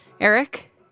Eric